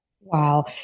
Wow